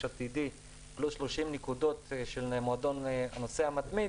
עתידי פלוס 30 נקודות של מועדון "הנוסע המתמיד"